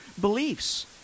beliefs